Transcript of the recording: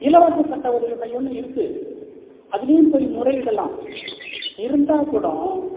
இலவச சட்ட உதவி மையம்னு இருக்கு அதுலேயும் போய் முறையிடலாம் இருந்தால் கூடம்